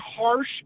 harsh